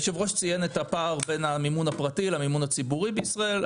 היושב-ראש ציין את הפער בין המימון הפרטי למימון הציבורי בישראל.